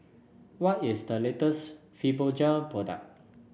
what is the latest Fibogel product